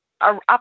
up